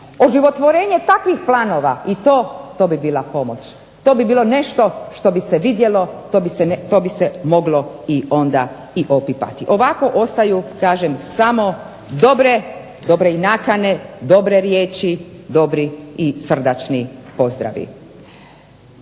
Oživotvorenje takvih planova i to, to bila pomoć, to bi bilo nešto što bi se vidjelo to bi se moglo onda i opipati. Ovako ostaju kažem samo dobre nakane, dobre riječi, dobri i srdačni pozdravi.